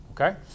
okay